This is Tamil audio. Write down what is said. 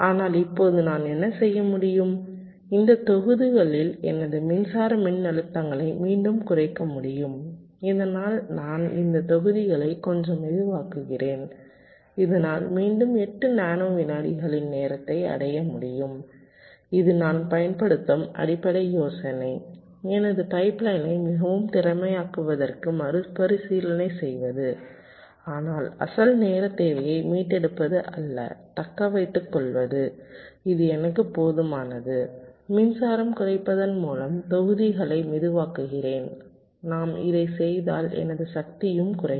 ஆனால் இப்போது நான் என்ன செய்ய முடியும் இந்த தொகுதிகளில் எனது மின்சாரம் மின்னழுத்தங்களை மீண்டும் குறைக்க முடியும் இதனால் நான் இந்த தொகுதிகளை கொஞ்சம் மெதுவாக்குகிறேன் இதனால் மீண்டும் 8 நானோ விநாடிகளின் நேரத்தை அடைய முடியும் இது நான் பயன்படுத்தும் அடிப்படை யோசனை எனது பைப்லைனை மிகவும் திறமையாக்குவதற்கு மறுபரிசீலனை செய்வது ஆனால் அசல் நேரத் தேவையை மீட்டெடுப்பது அல்லது தக்கவைத்துக்கொள்வது இது எனக்குப் போதுமானது மின்சாரம் குறைப்பதன் மூலம் தொகுதிகளை மெதுவாக்குகிறேன் நான் இதைச் செய்தால் எனது சக்தியும் குறையும்